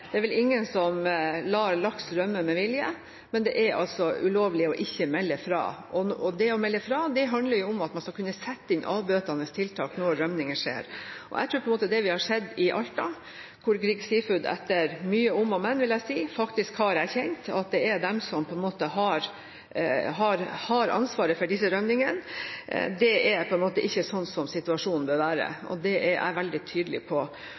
Det er vel ingen som lar laks rømme med vilje, men det er altså ulovlig ikke å melde fra. Det å melde fra handler om at man skal kunne sette inn avbøtende tiltak når rømming skjer. Jeg tror at det vi har sett i Alta, hvor Grieg Seafood etter mye om og men, vil jeg si, har erkjent at det er de som har ansvaret for disse rømmingene, er ikke slik situasjonen bør være. Det er jeg veldig tydelig på.